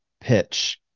pitch